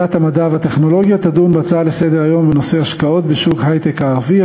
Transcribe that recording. ועדת המדע והטכנולוגיה תדון בנושא: השקעות בשוק ההיי-טק הערבי,